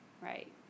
Right